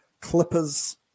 clippers